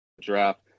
draft